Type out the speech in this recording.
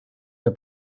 que